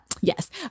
Yes